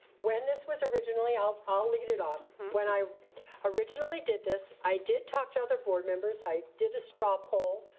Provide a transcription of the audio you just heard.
when this was originally, i'll i'll lead it um up. i originally did this. i did talk to other board members. i did a straw pull,